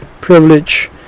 privilege